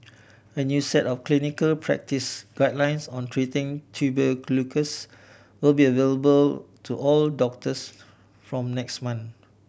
a new set of clinical practice guidelines on treating tuberculosis will be available to all doctors from next month